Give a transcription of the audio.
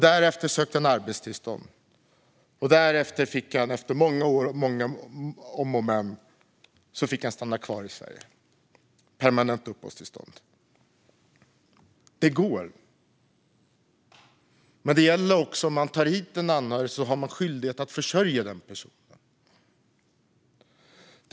Därefter sökte han arbetstillstånd, och sedan fick han efter många år och efter många om och men stanna kvar i Sverige med permanent uppehållstillstånd. Det går, men om man tar hit en anhörig har man skyldighet att försörja den personen.